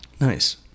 Nice